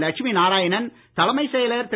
லட்சுமி நாராயணன் தலைமைச் செயலர் திரு